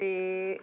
ਅਤੇ